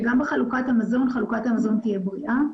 שגם בחלוקת המזון חלוקת המזון תהיה בריאה.